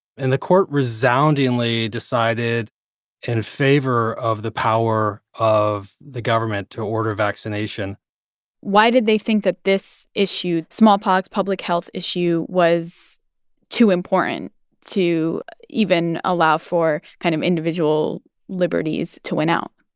and the court resoundingly decided decided in favor of the power of the government to order vaccination why did they think that this issue smallpox, public health issue was too important to even allow for kind of individual liberties to win out?